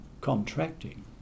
contracting